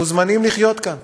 מוזמנים לחיות כאן